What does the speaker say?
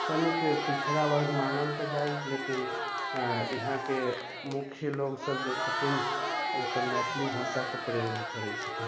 कनिक पिछड़ा वर्गमे मानल तऽ जाइए लेकिन यहाँके मुख्य लोकसब जे छथिन उ सब मैथिली भाषाके प्रयोग नहि करै छथिन